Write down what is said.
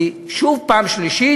אני, שוב, בפעם השלישית,